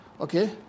Okay